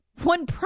one